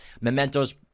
mementos